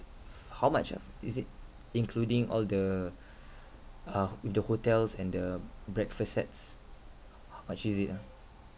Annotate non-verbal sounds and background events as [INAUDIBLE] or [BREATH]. f~ how much ah is it including all the [BREATH] uh the hotels and the breakfast sets h~ how much is it ah